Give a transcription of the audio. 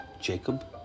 Jacob